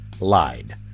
lied